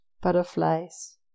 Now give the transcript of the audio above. butterflies